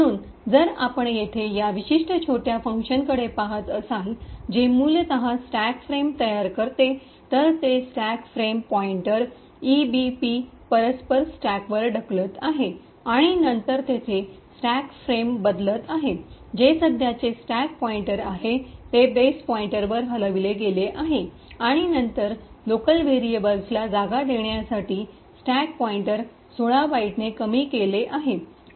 म्हणून जर आपण येथे या विशिष्ट छोट्या फंक्शनकडे पहात असाल जे मूलत स्टॅक फ्रेम तयार करते तर हे स्टॅक फ्रेम पॉईंटर ईबीपी परस्पर स्टॅकवर ढकलत आहे आणि नंतर तेथे स्टॅक फ्रेम बदलत आहे जे सध्याचे स्टॅक पॉईंटर आहे ते बेस पॉइंटर वर हलविले गेल आहे आणि नंतर लोकल व्हेरिएबल्सला जागा देण्यासाठी स्टॅक पॉईंटर 16 बाइटने कमी केले आहे